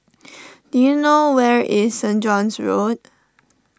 do you know where is Saint John's Road